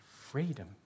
freedom